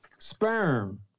sperm